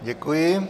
Děkuji.